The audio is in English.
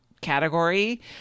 category